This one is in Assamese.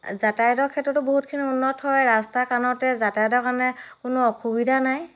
যাতায়াতৰ ক্ষেত্ৰতো বহুতখিনি উন্নত হয় ৰাস্তা কাণতে যাতায়াতৰ কাৰণে কোনো অসুবিধা নাই